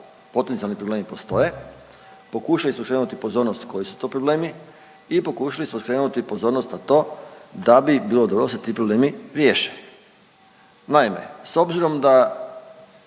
potencijalni problemi postoje. Pokušali smo skrenuti pozornost koji su to problemi i pokušali smo skrenuti pozornost na to da bi bilo dobro da se ti problemi riješe. Naime, s obzirom da